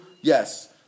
Yes